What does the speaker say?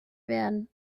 werden